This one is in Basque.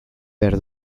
behar